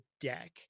deck